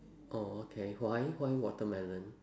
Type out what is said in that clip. oh okay why why watermelon